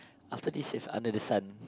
after this if under the sun